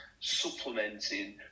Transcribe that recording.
supplementing